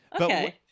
Okay